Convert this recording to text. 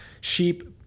sheep